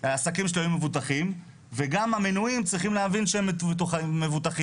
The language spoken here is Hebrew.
העסקים שלהם יהיו מבוטחים וגם המנויים צריכים להבין שהם מבוטחים.